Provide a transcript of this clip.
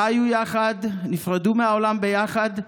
חיו יחד, נפרדו מהעולם ביחד,